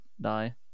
die